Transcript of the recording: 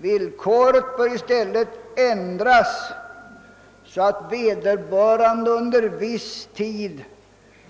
Villkoret bör i stället vara, att vederbörande under viss tid